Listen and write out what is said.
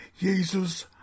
Jesus